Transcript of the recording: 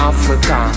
Africa